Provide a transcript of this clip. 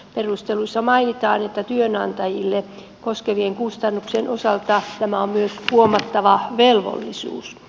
perusteluissa mainitaan että työnantajille sitä koskevien kustannusten osalta tämä on myös huomattava velvollisuus